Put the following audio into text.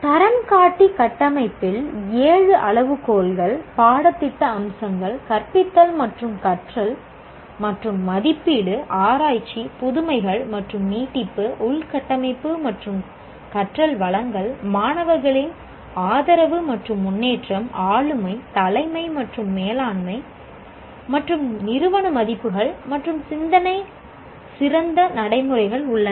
தரம் காட்டி கட்டமைப்பில் ஏழு அளவுகோல்கள் பாடத்திட்ட அம்சங்கள் கற்பித்தல் கற்றல் மற்றும் மதிப்பீடு ஆராய்ச்சி புதுமைகள் மற்றும் நீட்டிப்பு உள்கட்டமைப்பு மற்றும் கற்றல் வளங்கள் மாணவர்களின் ஆதரவு மற்றும் முன்னேற்றம் ஆளுமை தலைமை மற்றும் மேலாண்மை மற்றும் நிறுவன மதிப்புகள் மற்றும் சிறந்த நடைமுறைகள் உள்ளன